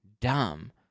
Dumb